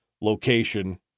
location